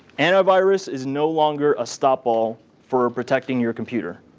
antivirus is no longer a stop-all for protecting your computer.